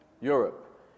Europe